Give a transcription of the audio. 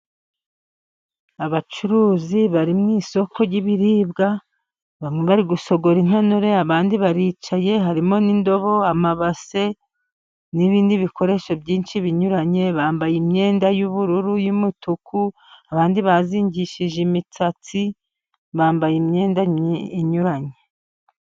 Abacuruzi bari mu isoko ry'ibiribwa, bamwe bari gusogora intonore, abandi baricaye, harimo n'indobo, amabase, n'ibindi bikoresho byinshi binyuranye, bambaye imyenda y'ubururu, y'umutuku, abandi bazingishije imisatsi, bambaye imyenda inyuranye.